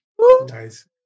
Nice